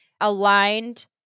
aligned